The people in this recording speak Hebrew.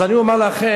אני אומר לכם,